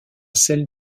celle